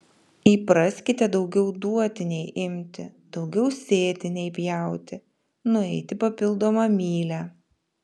įpraskite daugiau duoti nei imti daugiau sėti nei pjauti nueiti papildomą mylią